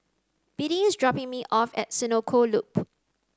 Biddie is dropping me off at Senoko Loop